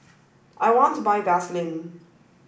I want to buy Vaselin